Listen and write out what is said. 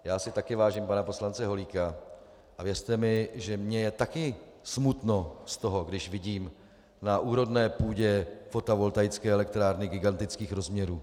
Já si také vážím pana poslance Holíka a věřte mi, že mně je taky smutno z toho, když vidím na úrodné půdě fotovoltaické elektrárny gigantických rozměrů.